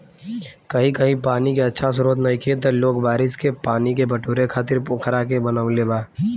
कही कही पानी के अच्छा स्त्रोत नइखे त लोग बारिश के पानी के बटोरे खातिर पोखरा के बनवले बा